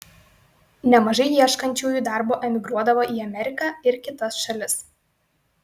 nemažai ieškančiųjų darbo emigruodavo į ameriką ir kitas šalis